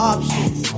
Options